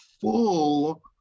full